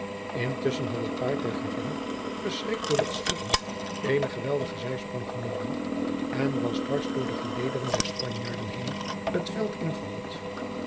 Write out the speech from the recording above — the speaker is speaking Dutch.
intusschen had het paard der gravin verschrikt door het schieten eenen geweldigen zijsprong genomen en was dwars door de gelederen der spanjaarden heen het veld ingehold